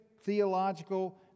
theological